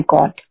God